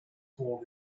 told